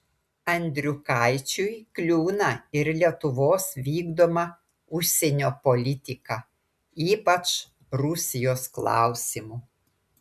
andriukaičiui kliūna ir lietuvos vykdoma užsienio politika ypač rusijos klausimu